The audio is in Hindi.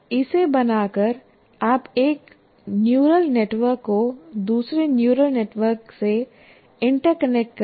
इसे बनाकर आप एक न्यूरल नेटवर्क को दूसरे न्यूरल नेटवर्क से इंटरकनेक्ट कर रहे हैं